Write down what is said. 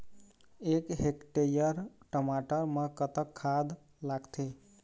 एक हेक्टेयर टमाटर म कतक खाद लागथे?